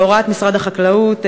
בהוראת משרד החקלאות,